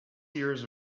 hears